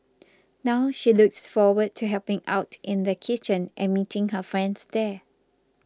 now she looks forward to helping out in the kitchen and meeting her friends there